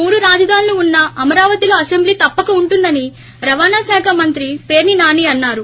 మూడు రాజధానులు ఉన్నా అమరావతిలో అసెంబ్లీ తప్పక ఉంటుందని రవాణా శాఖ మంత్రి పేర్పి నాని అన్నారు